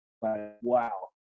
Wow